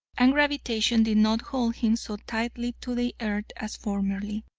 and gravitation did not hold him so tightly to the earth as formerly.